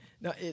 No